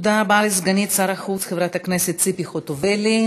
תודה רבה לסגנית שר החוץ חברת הכנסת ציפי חוטובלי.